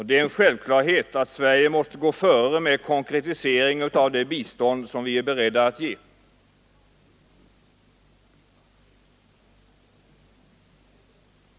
Det är en självklarhet att Sverige måste gå före med en konkretisering av det bistånd som vi är beredda att ge.